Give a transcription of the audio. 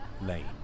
Lane